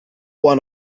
one